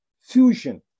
fusion